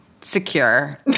secure